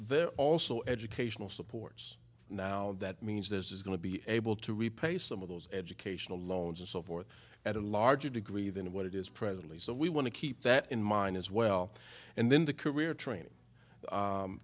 are also educational supports now that means this is going to be able to repay some of those educational loans and so forth at a larger degree than what it is presently so we want to keep that in mind as well and then the career training